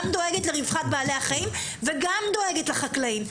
דואגת לרווחת בעלי החיים וגם דואגת לחקלאים.